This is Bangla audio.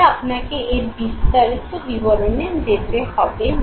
আপনাকে এর বিস্তারিত বিবরণে যেতে হবে না